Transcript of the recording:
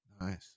Nice